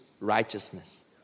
righteousness